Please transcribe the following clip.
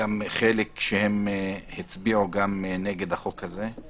ישיבת ועדת החוקה,